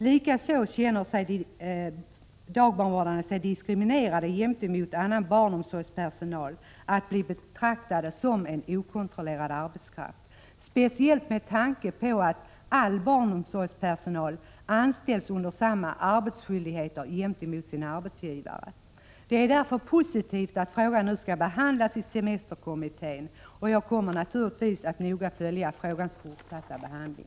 Likaså känner sig dagbarnvårdarna diskriminerade gentemot annan barnomsorgspersonal när de blir betraktade som en okontrollerad arbetskraft, speciellt med tanke på att all barnomsorgspersonal anställs med samma arbetsskyldigheter gentemot sin arbetsgivare. Det är därför positivt att frågan nu skall behandlas i semesterkommittén, och jag kommer naturligtvis att noga följa frågans fortsatta behandling.